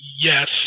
yes